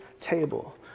table